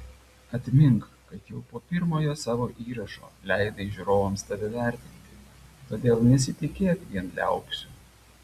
atmink kad jau po pirmojo savo įrašo leidai žiūrovams tave vertinti todėl nesitikėk vien liaupsių